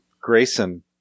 grayson